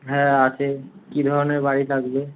হ্যাঁ আছে কী ধরনের বাড়ি লাগবে